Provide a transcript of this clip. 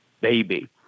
baby